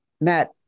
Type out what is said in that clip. Matt